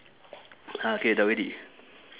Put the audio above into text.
ah K